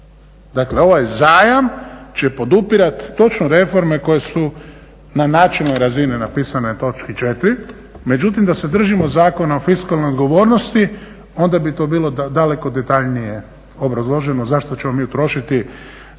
Dakle, ovaj zajam će podupirati točno reforme koje su na načelnoj razini napisane u točki 4. Međutim, da se držimo Zakona o fiskalnoj odgovornosti onda bi to bilo daleko detaljnije obrazloženo zašto ćemo mi utrošiti 150